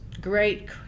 Great